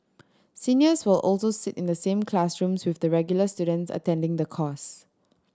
seniors will also sit in the same classrooms with the regular students attending the course